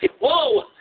Whoa